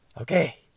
okay